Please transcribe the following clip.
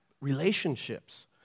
relationships